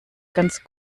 ganz